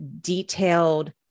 detailed